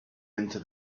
into